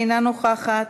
אינה נוכחת.